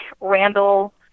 randall